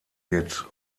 wird